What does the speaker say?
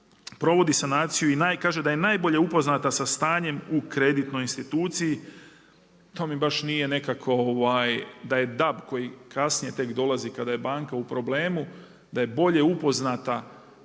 provodi sanaciju i kaže da je najbolje upoznata sa stanjem u kreditnoj instituciji, to mi baš nije nikako, da je DAB koji kasnije tek dolazi, kada je banka u problemu, da je bolje upoznata nego